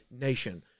nation—